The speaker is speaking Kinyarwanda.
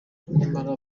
nyamara